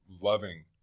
loving